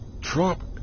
Trump